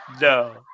no